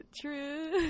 true